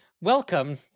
welcome